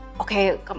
okay